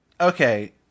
Okay